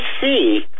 see